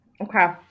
Okay